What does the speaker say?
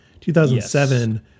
2007